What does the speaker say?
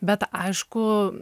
bet aišku